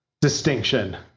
distinction